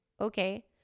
Okay